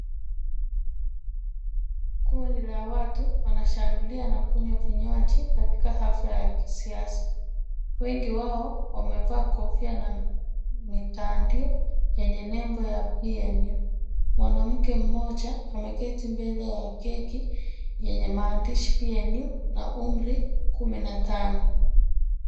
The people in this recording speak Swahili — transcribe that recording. Kundi la watu wanashangilia na kunywa kinywaji katika hafla ya kisiasa. Wengi wao wamevaa kofia na mitandio yenye nembo ya PNU . Mwanamke mmoja ameketi mbele ya keki yenye maandishi PNU na umri kumi na tano.